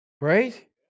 right